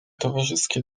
towarzyskie